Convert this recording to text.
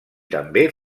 també